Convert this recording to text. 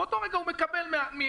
באותו רגע הוא מקבל מהכנסת,